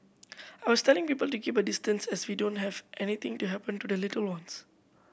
I was telling people to keep a distance as we don't have anything to happen to the little ones